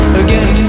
again